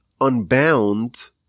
unbound